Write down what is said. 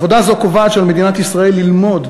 עבודה זו קובעת שעל מדינת ישראל ללמוד